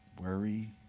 worry